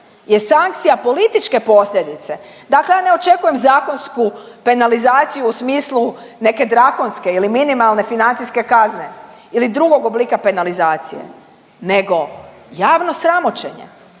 je sankcija političke posljedice. Dakle, ja ne očekujem zakonsku penalizaciju u smislu neke drakonske ili minimalne financijske kazne ili drugog oblika penalizacije nego javno sramoćenje.